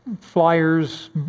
flyers